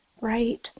Right